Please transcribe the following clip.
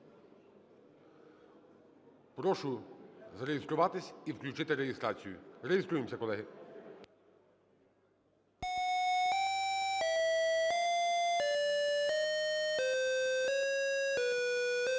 Прошу зареєструватися і включити реєстрацію. Реєструємося, колеги. 10:02:51